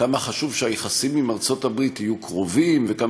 כמה חשוב שהיחסים עם ארצות-הברית יהיו קרובים וכמה